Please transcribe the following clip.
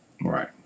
Right